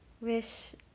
Wish